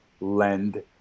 lend